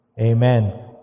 Amen